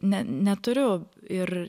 ne neturiu ir